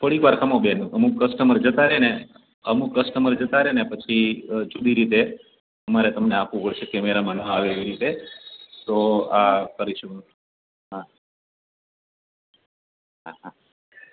થોડીકવાર ખમો બેન અમુક કસ્ટમર જતાં રે ને અમુક કસ્ટમર જતાં રે ને પછી જુદી રીતે અમારે તમને આપવું પડશે કેમેરામાં ના આવે એવી રીતે તો આ કરીશું હા હા હા